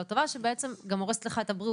טובה שבעצם גם הורסת לך את הבריאות.